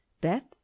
Beth